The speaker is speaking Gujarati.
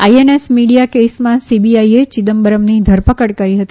આઇએનએકસ મીડીથા કેસમાં સીબીઆઇ એ ચિદમ્બરમની ધરપકડ કરી હતી